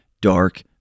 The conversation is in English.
dark